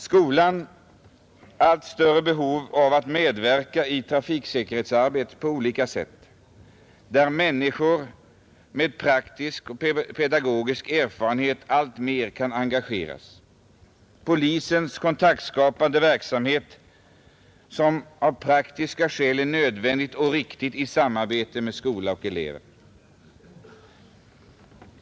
Skolan får ett allt större behov av att på olika sätt medverka i ett trafiksäkerhetsarbete där människor med praktisk och pedagogisk erfarenhet alltmer kan engageras. Polisens kontaktskapande verksamhet i samarbete med skola och elever är av praktiska skäl nödvändig och viktig.